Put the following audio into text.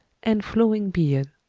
and flowing beard.